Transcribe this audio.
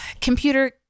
Computer